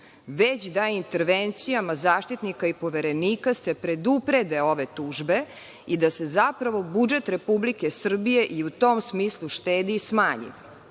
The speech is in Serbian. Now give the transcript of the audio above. već da intervencijama zaštitnika i poverenika se preduprede ove tužbe i da se zapravo budžet Republike Srbije i u tom smislu štedi i smanji. Ja